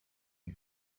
you